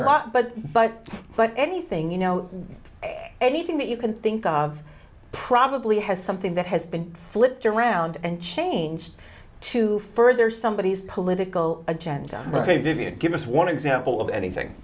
lot but but but anything you know anything that you can think of probably has something that has been flipped around and changed to further somebodies political agenda ok david give us one example of anything